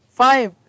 five